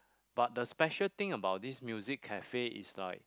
but the special thing about this music cafe is like